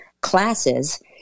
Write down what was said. classes